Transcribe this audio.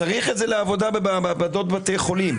צריך את זה לעבודה במעבדות בבתי חולים.